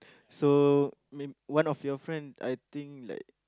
so may one of your friend I think like